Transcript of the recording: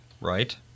right